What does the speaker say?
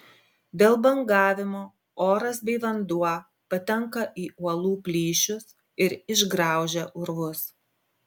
dėl bangavimo oras bei vanduo patenka į uolų plyšius ir išgraužia urvus